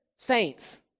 saints